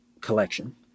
collection